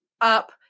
up